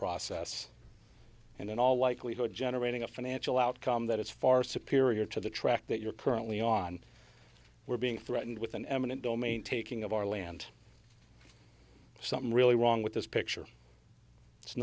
process and in all likelihood generating a financial outcome that is far superior to the track that you're currently on we're being threatened with an eminent domain taking of our land something really wrong with this picture it's